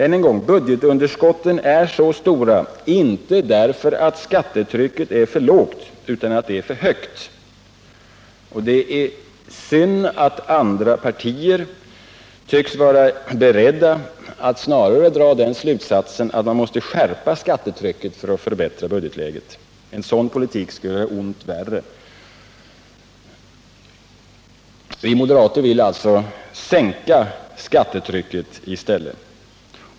Än en gång: Budgetunderskotten är så stora inte därför att skattetrycket är för lågt utan därför att det är för högt. Det är synd att andra partier tycks vara beredda att snarare dra den slutsatsen att man måste skärpa skattetrycket för att förbättra budgetläget. En sådan politik skulle göra ont värre. Vi moderater vill alltså sänka skattetrycket i stället.